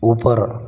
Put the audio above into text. ऊपर